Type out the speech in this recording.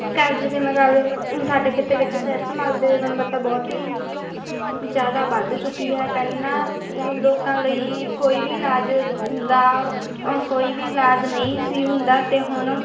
ਅੱਜ ਦੇ ਮੁਕਾਬਲੇ 'ਚ ਸਾਡੇ ਖੇਤਰ ਵਿੱਚ ਸਿਹਤ ਸੰਭਾਲ ਦੇ ਗੁਣਵੱਤਾ ਬਹੁਤ ਹੀ ਜ਼ਿਆਦਾ ਵੱਧ ਚੁੱਕੀ ਹੈ ਪਹਿਲਾਂ ਲੋਕਾਂ ਲਈ ਕੋਈ ਵੀ ਇਲਾਜ ਦਾ ਕੋਈ ਵੀ ਇਲਾਜ ਨਹੀਂ ਸੀ ਹੁੰਦਾ ਅਤੇ ਹੁਣ